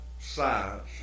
science